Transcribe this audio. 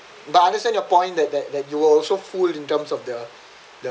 but I understand your point that that that you were also fooled in terms of the